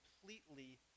completely